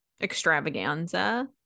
extravaganza